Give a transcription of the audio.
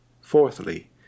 Fourthly